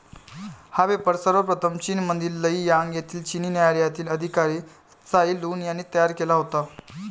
हा पेपर सर्वप्रथम चीनमधील लेई यांग येथील चिनी न्यायालयातील अधिकारी त्साई लुन यांनी तयार केला होता